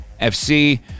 FC